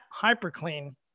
HyperClean